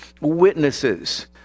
witnesses